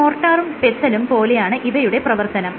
ഒരു മോർട്ടാറും പെസെലും പോലെയാണ് ഇവയുടെ പ്രവർത്തനം